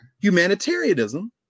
humanitarianism